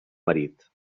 marit